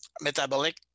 metabolic